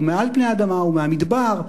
ומעל פני האדמה, ומהמדבר,